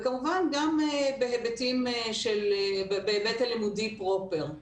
וכמובן גם בהיבט הלימודי פרופר.